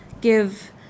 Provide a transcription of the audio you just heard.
give